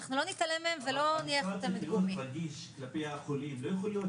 אנחנו לא נתעלם מהם ולא נניח אותם --- לא יכול להיות